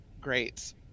Great